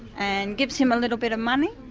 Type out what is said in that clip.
and gives him a little bit of money.